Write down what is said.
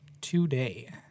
today